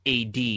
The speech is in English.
AD